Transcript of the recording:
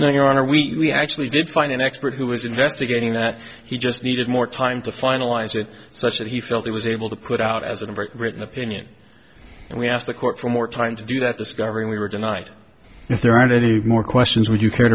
know your honor we actually did find an expert who was investigating that he just needed more time to finalize it such that he felt he was able to put out as a very written opinion and we asked the court for more time to do that discovery we were denied if there aren't any more questions would you care